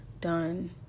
done